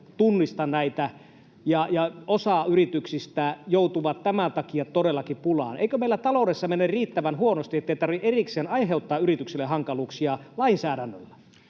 tunnista näitä ja osa yrityksistä joutuu tämän takia todellakin pulaan? Eikö meillä taloudessa mene riittävän huonosti, ettei tarvitse erikseen aiheuttaa yrityksille hankaluuksia lainsäädännöllä?